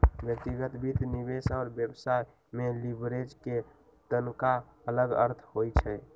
व्यक्तिगत वित्त, निवेश और व्यवसाय में लिवरेज के तनका अलग अर्थ होइ छइ